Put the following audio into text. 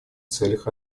целях